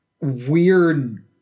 weird